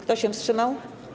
Kto się wstrzymał?